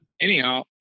anyhow